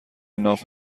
ناف